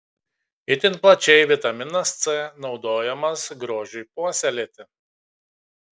itin plačiai vitaminas c naudojamas grožiui puoselėti